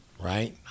right